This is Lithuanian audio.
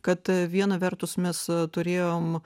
kad viena vertus mes turėjom